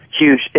huge